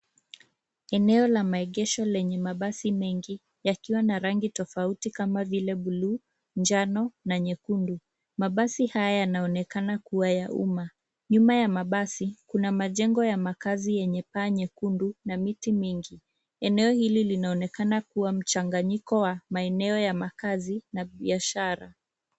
Eneo la maegesho lenye mabasi mengi, yakiwa na rangi tofauti kama vile bluu, njano, na nyekundu. Mabasi haya yanaonekana kuwa ya umma. Nyuma ya mabasi, kuna majengo ya makazi yenye paa nyekundu na miti mingi. Eneo hili linaonekana kuwa mchanganyiko wa maeneo ya makazi, na biashara.